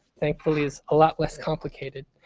thankfully, is a lot less complicated.